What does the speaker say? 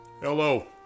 Hello